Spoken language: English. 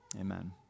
Amen